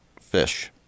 fish